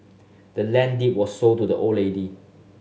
the land deed was sold to the old lady